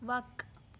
وق